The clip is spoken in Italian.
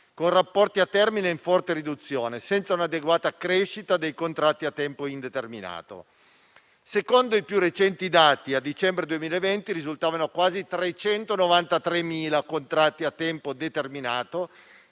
con rapporti a termine in forte riduzione, senza un'adeguata crescita dei contratti a tempo indeterminato; secondo i più recenti dati, a dicembre 2020 risultavano quasi 393.000 contratti a tempo determinato